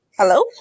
Hello